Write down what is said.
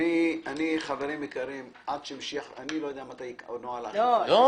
חברים יקרים, אני לא יודע מתי נוהל האכיפה ייקבע.